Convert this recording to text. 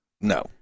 No